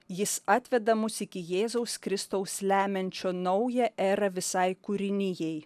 jis atveda mus iki jėzaus kristaus lemiančio naują erą visai kūrinijai